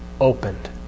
opened